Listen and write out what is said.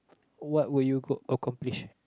what would go accomplish